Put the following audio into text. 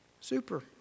super